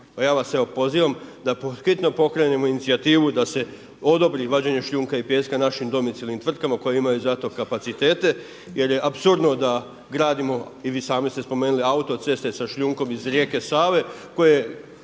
ja vas evo pozivam da pothitno pokrenemo inicijativu da se odobri vađenje šljunka i pijeska našim domicilnim tvrtkama koje imaju zato kapacitete jer je apsurdno da gradimo i vi sami ste spomenuli autoceste sa šljunkom iz rijeke Save koje